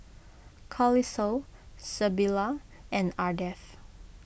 Carlisle Sybilla and Ardeth